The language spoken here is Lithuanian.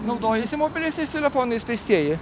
naudojasi mobiliaisiais telefonais pėstieji